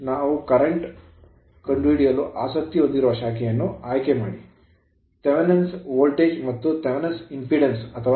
ನಾವು current ವಿದ್ಯುತ್ current current ಕಂಡುಹಿಡಿಯಲು ಆಸಕ್ತಿ ಹೊಂದಿರುವ ಶಾಖೆಯನ್ನು ಆಯ್ಕೆ ಮಾಡಿ ನಾವು Thevenin's ತೆವೆನ್ ವೋಲ್ಟೇಜ್ ಮತ್ತು Thevenin's ಥೆವೆನ್ impedance ಇಂಪೆಡಾನ್ಸ್ ಅಥವಾ D